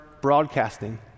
broadcasting